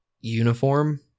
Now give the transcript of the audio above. uniform